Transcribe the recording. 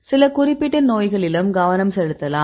சில குறிப்பிட்ட நோய்களிலும் கவனம் செலுத்தலாம்